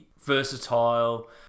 versatile